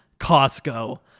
Costco